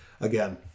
again